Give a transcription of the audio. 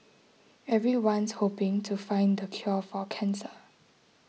everyone's hoping to find the cure for cancer